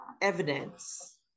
evidence